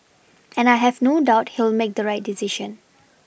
and I have no doubt he'll make the right decision